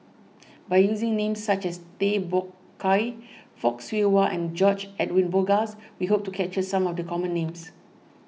by using names such as Tay Bak Koi Fock Siew Wah and George Edwin Bogaars we hope to capture some of the common names